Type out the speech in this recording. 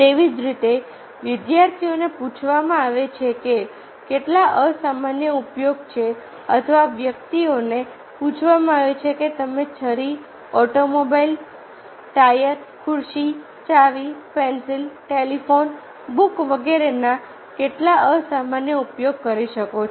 તેવી જ રીતે વિદ્યાર્થીઓને પૂછવામાં આવે છે કે કેટલા અસામાન્ય ઉપયોગો છે અથવા વ્યક્તિઓને પૂછવામાં આવે છે કે તમે છરી ઓટોમોબાઈલ ટાયર ખુરશી ચાવી પેન્સિલ ટેલિફોન બુક વગેરેનો કેટલા અસામાન્ય ઉપયોગ કરી શકો છો